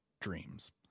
dreams